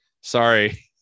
sorry